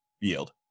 yield